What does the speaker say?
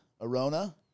Arona